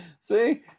See